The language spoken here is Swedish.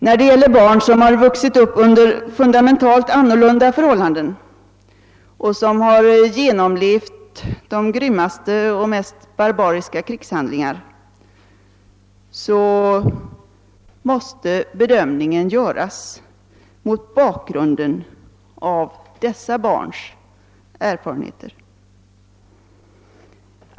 När det gäller barn som vuxit upp under fundamentalt annorlunda förhållanden och som har genomlevat de grymmaste och mest barbariska krigshandlingar, måste bedömningen göras mot bakgrunden av dessa barns erfarenheter.